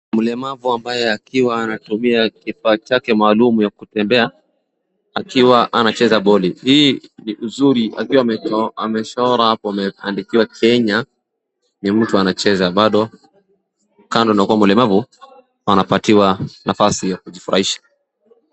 Mlemavu ambaye akiwa anatembea kifaa chake maalum ya kutembea akiwa anacheza boli, hii ni mzuri akiwa amechora hapo ameandikiwa Kenya. Ni mtu anacheza bado kando na kuwa mlemavu anapatiwa nafasi ya kujifurahisha.